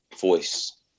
voice